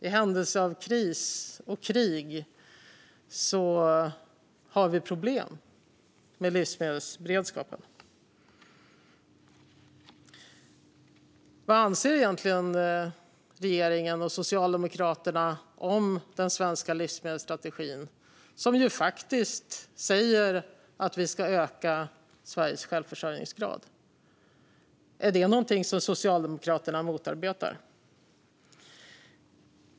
I händelse av kris och krig har vi problem med livsmedelsberedskapen. Vad anser egentligen regeringen och Socialdemokraterna om den svenska livsmedelsstrategin, som ju faktiskt säger att vi ska öka Sveriges självförsörjningsgrad? Är det någonting som Socialdemokraterna motarbetar?